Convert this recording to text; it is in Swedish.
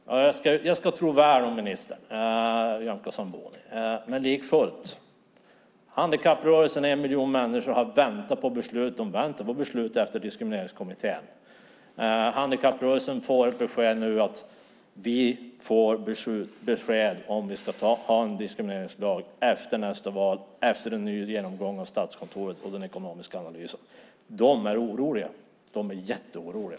Jag ska tro väl om minister Nyamko Sabuni. Handikapprörelsens en miljon människor har väntat på beslut efter Diskrimineringskommittén. Handikapprörelsen får nu beskedet att man efter nästa val får veta om vi ska ha en diskrimineringslag, efter en ny genomgång av Statskontoret och en ekonomisk analys. De är jätteoroliga.